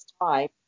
time